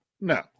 No